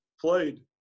played